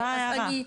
מה ההערה?